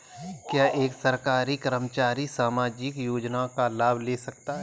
क्या एक सरकारी कर्मचारी सामाजिक योजना का लाभ ले सकता है?